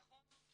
נכון?